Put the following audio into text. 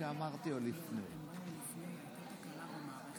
כבוד השר חמד עמאר וכבוד שר המשפטים,